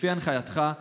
לפי הנחייתך,